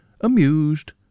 amused